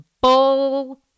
bull